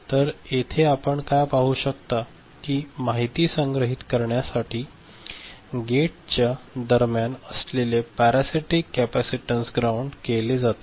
तर येथे आपण काय पाहू शकता की माहिती संग्रहित करण्यासाठी गेटच्या दरम्यान असलेले पॅरासिटिक कॅपॅसिटन्स ग्राउंड केले जाते